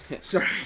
Sorry